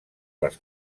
les